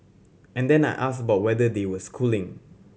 and then I asked about whether they were schooling